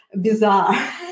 bizarre